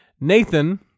Nathan